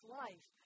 life